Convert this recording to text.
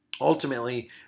Ultimately